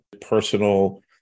personal